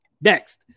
Next